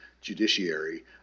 judiciary